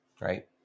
right